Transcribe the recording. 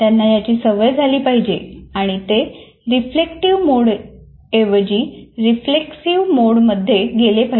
त्यांना याची सवय झाली पाहिजे किंवा ते रिफ्लेक्टिव मोडऐवजी रिफ्लेक्सीव मोडमध्ये गेले पाहिजे